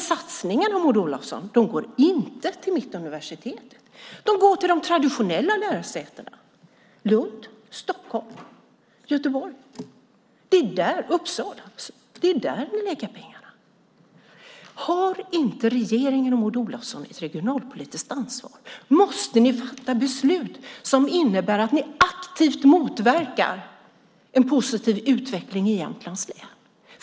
Satsningarna går inte till Mittuniversitetet, Maud Olofsson. De går till de traditionella lärosätena Lund, Stockholm, Göteborg och Uppsala. Det är där pengarna läggs. Har inte regeringen och Maud Olofsson ett regionalpolitiskt ansvar? Måste ni fatta beslut som innebär att ni aktivt motverkar en positiv utveckling i Jämtlands län?